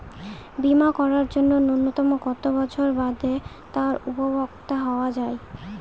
বীমা করার জন্য ন্যুনতম কত বছর বাদে তার উপভোক্তা হওয়া য়ায়?